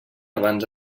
abans